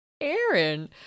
Aaron